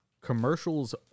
Commercials